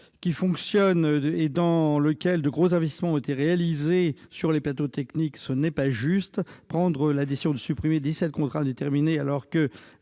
qui fonctionne et dans lequel de gros investissements ont été réalisés sur les plateaux techniques, ce n'est pas juste ! Prendre la décision de supprimer dix-sept contrats à durée indéterminée, alors que